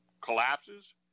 collapses—